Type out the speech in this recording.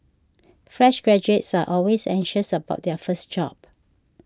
fresh graduates are always anxious about their first job